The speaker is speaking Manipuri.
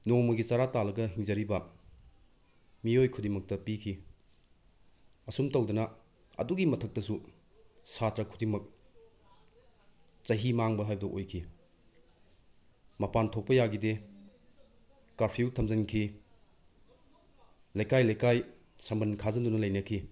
ꯅꯣꯡꯃꯒꯤ ꯆꯔꯥ ꯇꯥꯜꯂꯒ ꯍꯤꯡꯖꯔꯤꯕ ꯃꯤꯑꯣꯏ ꯈꯨꯗꯤꯡꯃꯛꯇ ꯄꯤꯈꯤ ꯑꯁꯨꯝ ꯇꯧꯗꯅ ꯑꯗꯨꯒꯤ ꯃꯊꯛꯇꯁꯨ ꯁꯥꯇ꯭ꯔ ꯈꯨꯗꯤꯡꯃꯛ ꯆꯍꯤ ꯃꯥꯡꯕ ꯍꯥꯏꯕꯗꯨ ꯑꯣꯏꯈꯤ ꯃꯄꯥꯟ ꯊꯣꯛꯄ ꯌꯥꯈꯤꯗꯦ ꯀꯥꯔꯐ꯭ꯌꯨ ꯊꯝꯖꯤꯟꯈꯤ ꯂꯩꯀꯥꯏ ꯂꯩꯀꯥꯏ ꯁꯝꯕꯟ ꯈꯥꯖꯤꯟꯗꯨꯅ ꯂꯩꯅꯈꯤ